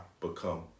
become